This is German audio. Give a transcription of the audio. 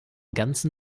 ganzen